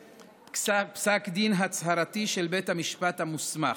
פסק דין הצהרתי של בית המשפט המוסמך.